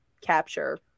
capture